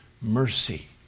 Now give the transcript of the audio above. mercy